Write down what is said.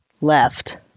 left